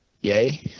yay